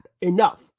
enough